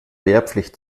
wehrpflicht